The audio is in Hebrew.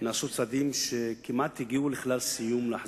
נעשו צעדים להחזרתו לישראל שכמעט הגיעו לכלל סיום.